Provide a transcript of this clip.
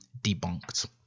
debunked